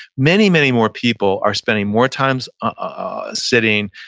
many, many more people are spending more times ah sitting.